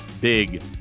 big